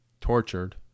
tortured